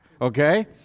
okay